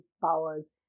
powers